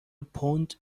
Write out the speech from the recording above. پوند